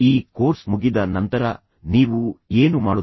ಈ ಕೋರ್ಸ್ ಮುಗಿದ ನಂತರ ನೀವು ಏನು ಮಾಡುತ್ತೀರಿ